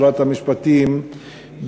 שרת המשפטים,